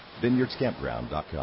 vineyardscampground.com